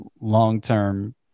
long-term